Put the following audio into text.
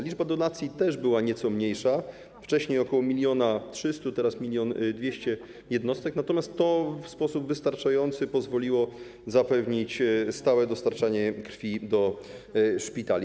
Liczba donacji też była nieco mniejsza, wcześniej ok. 1300 tys., teraz 1200 tys. jednostek, natomiast to w sposób wystarczający pozwoliło zapewnić stałe dostarczanie krwi do szpitali.